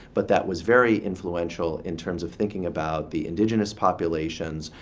but that was very influential in terms of thinking about the indigenous populations,